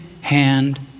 hand